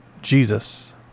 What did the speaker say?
Jesus